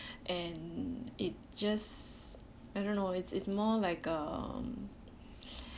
and it just I don't know it's it's more like a um